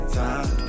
time